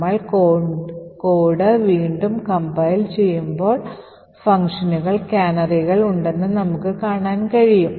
നമ്മൾ കോഡ് വീണ്ടും കംപൈൽ ചെയ്യുമ്പോൾ ഫംഗ്ഷനുകളിൽ കാനറികൾ ഉണ്ടെന്ന് നമുക്ക് കാണാൻ കഴിയും